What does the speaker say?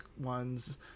ones